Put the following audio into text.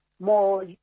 more